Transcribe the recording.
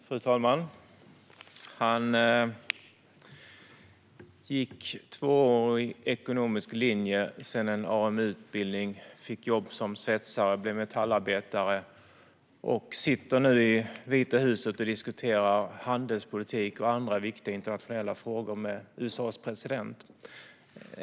Fru talman! Han gick tvåårig ekonomisk linje, sedan en AMU-utbildning, fick jobb som svetsare, blev metallarbetare och sitter nu i Vita huset och diskuterar handelspolitik och andra viktiga internationella frågor med USA:s president.